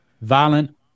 violent